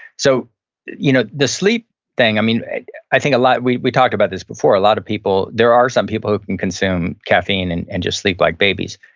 so you know the sleep thing, i mean i think a lot, we we talked about this before, a lot of people, there are some people who can consume caffeine and and just sleep like babies.